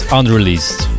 unreleased